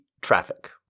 traffic